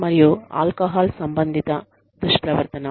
మరియు ఆల్కహాల్ సంబంధిత దుష్ప్రవర్తన